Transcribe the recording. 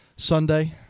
sunday